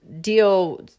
deal